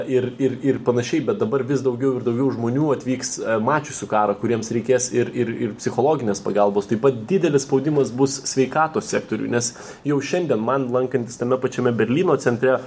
ir ir ir panašiai bet dabar vis daugiau ir daugiau žmonių atvyks mačiusių karą kuriems reikės ir ir ir psichologinės pagalbos taip pat didelis spaudimas bus sveikatos sektoriuj nes jau šiandien man lankantis tame pačiame berlyno centre